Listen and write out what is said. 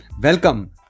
Welcome